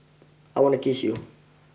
I want to kiss you